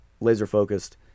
laser-focused